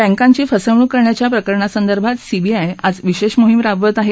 बँकांची फसवणूक करण्याच्या प्रकरणांसंदर्भात सीबीआय आज विशेष मोहीम राबवत आहे